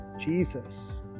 Jesus